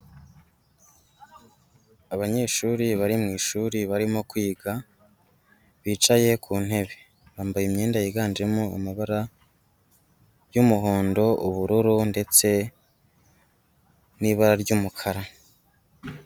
Abanyeshuri bari mu ishuri barimo kwiga, bicaye ku ntebe, bambaye imyenda yiganjemo amabara y'umuhondo, ubururu ndetse n'ibara ry'umukara.